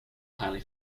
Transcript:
highly